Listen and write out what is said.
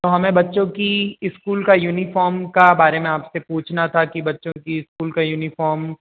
तो हमें बच्चो की इस्कूल का यूनिफार्म का बारे में आपसे पूछना था कि बच्चों की स्कूल का यूनिफॉर्म